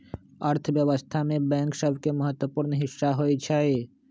अर्थव्यवस्था में बैंक सभके महत्वपूर्ण हिस्सा होइ छइ